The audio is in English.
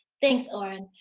thanks orin.